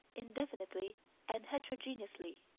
indefinitely and heterogeneously.